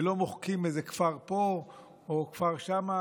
ולא מוחקים איזה כפר פה וכפר שם,